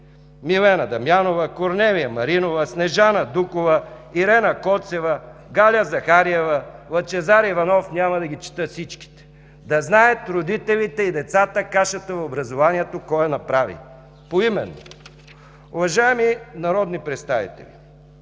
Милена Дамянова, Корнелия Маринова, Снежана Дукова, Ирена Коцева, Галя Захариева, Лъчезар Иванов – няма да ги чета всичките. Да знаят родителите и децата кашата в образованието кой я направи – поименно. Уважаеми народни представители,